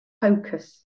focus